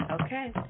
Okay